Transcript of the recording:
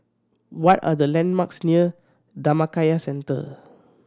what are the landmarks near Dhammakaya Centre